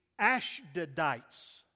Ashdodites